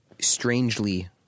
Strangely